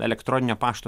elektroninio pašto